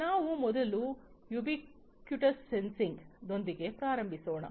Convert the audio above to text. ಆದ್ದರಿಂದ ನಾವು ಮೊದಲು ಯೂಬೀಕ್ವಿಟಸ್ ಸೆನ್ಸಿಂಗ್ದೊಂದಿಗೆ ಪ್ರಾರಂಭಿಸೋಣ